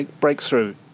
breakthrough